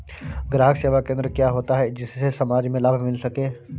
ग्राहक सेवा केंद्र क्या होता है जिससे समाज में लाभ मिल सके?